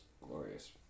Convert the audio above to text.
glorious